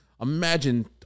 Imagine